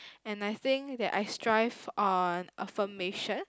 and I think that I strive on affirmation